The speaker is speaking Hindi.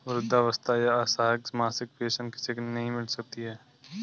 वृद्धावस्था या असहाय मासिक पेंशन किसे नहीं मिलती है?